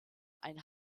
ein